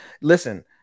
listen